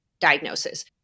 diagnosis